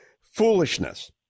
foolishness